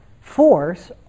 force